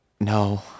No